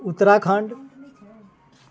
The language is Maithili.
उत्तराखण्ड